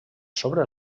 sobre